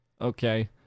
okay